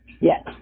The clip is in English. Yes